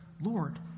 Lord